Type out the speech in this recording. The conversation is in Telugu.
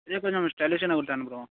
అదే కొంచెం స్టైలిష్గానే కుట్టండి బ్రో